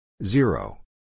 Zero